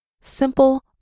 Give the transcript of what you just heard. Simple